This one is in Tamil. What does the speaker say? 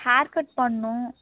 ஹேர் கட் பண்ணணும்